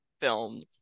films